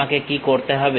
আমাকে কি করতে হবে